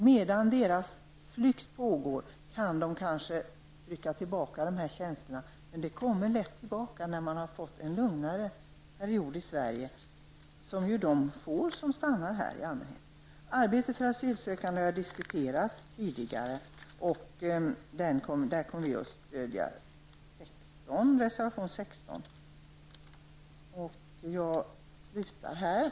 När dessa människor är på flykt kan de kanske hålla tillbaka sina känslor, men när de har fått en lugnare period i Sverige kan dessa känslor lätt komma tillbaka. Frågan om arbete för asylsökande har jag tagit upp tidigare, och vi i miljöpartiet kommer att stödja reservation 16 vid voteringen.